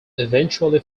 eventually